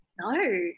No